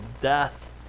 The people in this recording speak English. death